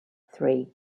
three